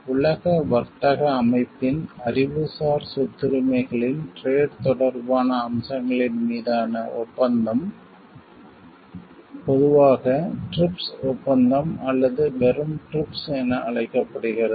உலக வர்த்தக அமைப்பின் அறிவுசார் சொத்துரிமைகளின் டிரேட் வர்த்தகம் தொடர்பான அம்சங்களின் மீதான ஒப்பந்தம் பொதுவாக TRIPS ஒப்பந்தம் அல்லது வெறும் TRIPS என அழைக்கப்படுகிறது